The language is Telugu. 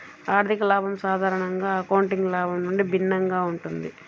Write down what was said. ఆర్థిక లాభం సాధారణంగా అకౌంటింగ్ లాభం నుండి భిన్నంగా ఉంటుంది